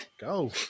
go